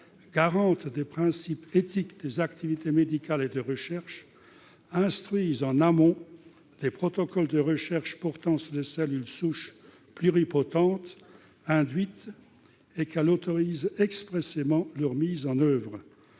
garante des principes éthiques des activités médicales et de recherche, instruise en amont les protocoles de recherche portant sur les cellules souches pluripotentes induites et qu'elle autorise expressément leur mise en oeuvre.